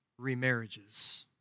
remarriages